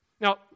Now